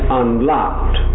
unlocked